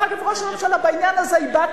דרך אגב, ראש הממשלה, בעניין הזה הבעת